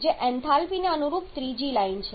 જે એન્થાલ્પીને અનુરૂપ ત્રીજી લાઇન છે